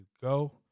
Go